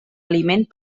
aliment